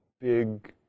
big